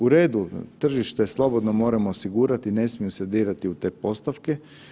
U redu, tržište slobodno moramo osigurati, ne smiju se dirati u te postavke.